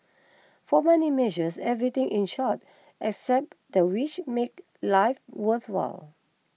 for money measures everything in short except the which makes life worthwhile